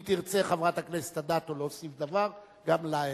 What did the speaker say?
אם תרצה חברת הכנסת אדטו להוסיף דבר, גם לה אאפשר.